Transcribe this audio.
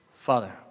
Father